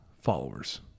Followers